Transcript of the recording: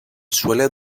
suele